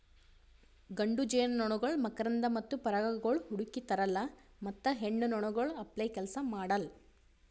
ಗಂಡು ಜೇನುನೊಣಗೊಳ್ ಮಕರಂದ ಮತ್ತ ಪರಾಗಗೊಳ್ ಹುಡುಕಿ ತರಲ್ಲಾ ಮತ್ತ ಹೆಣ್ಣ ನೊಣಗೊಳ್ ಅಪ್ಲೇ ಕೆಲಸ ಮಾಡಲ್